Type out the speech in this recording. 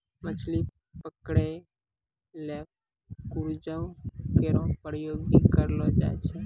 मछली पकरै ल क्रूजो केरो प्रयोग भी करलो जाय छै